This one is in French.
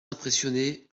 impressionné